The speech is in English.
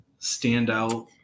standout